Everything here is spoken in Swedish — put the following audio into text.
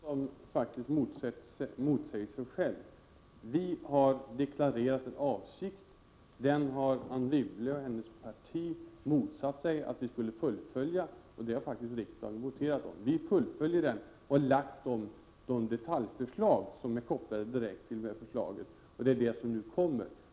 Herr talman! Jag tycker att det är Anne Wibble som motsäger sig själv. Vi har deklarerat en avsikt. Den har Anne Wibble och hennes parti motsatt sig att vi skulle fullfölja, och det har faktiskt riksdagen voterat om. Vi fullföljer vår avsikt och har lagt fram de detaljförslag som är kopplade direkt till det förslaget. Det är detta som ju kommer.